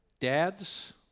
dads